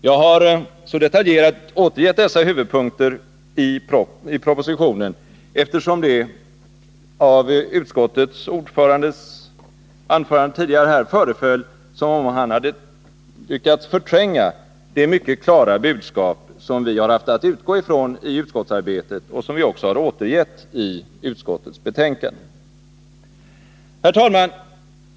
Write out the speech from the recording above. Jag har så detaljerat återgivit dessa huvudpunkter i propositionen därför att det av utskottsordförandens anförande tidigare i dag föreföll som om han hade lyckats förtränga det mycket klara budskap vi i utskottsarbetet haft att utgå ifrån och som vi också återgivit i utskottets betänkande. Herr talman!